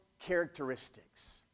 characteristics